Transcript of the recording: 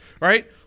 right